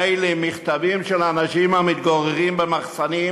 מיילים ומכתבים של אנשים המתגוררים במחסנים,